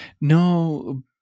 No